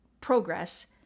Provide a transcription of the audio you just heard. progress